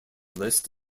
list